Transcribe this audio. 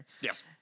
Yes